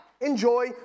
Enjoy